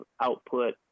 output